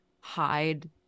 hide